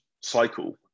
cycle